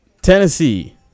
Tennessee